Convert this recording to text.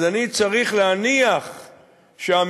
אז אני צריך להניח שהממשלה,